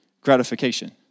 gratification